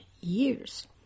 years